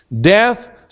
Death